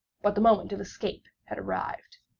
but the moment of escape had arrived.